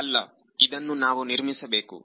ಅಲ್ಲ ಇದನ್ನು ನಾವು ನಿರ್ಮಿಸಬೇಕು